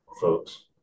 folks